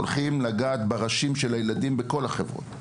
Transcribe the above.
הולכים לגעת בראשים של הילדים מכל החברות.